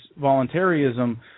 voluntarism